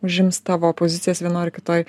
užims tavo pozicijas vienoj ar kitoj